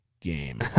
game